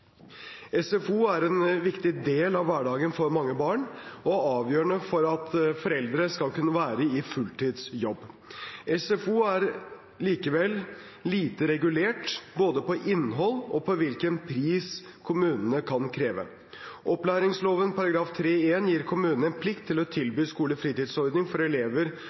SFO er en viktig del av hverdagen for mange barn og avgjørende for at foreldre skal kunne være i fulltidsjobb. SFO er likevel lite regulert, både på innhold og på hvilken pris kommunene kan kreve. Opplæringsloven § 13-1 gir kommunen en plikt til å tilby skolefritidsordning for elever